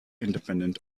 independent